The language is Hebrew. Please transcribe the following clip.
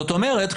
זאת אומרת,